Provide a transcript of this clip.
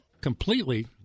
completely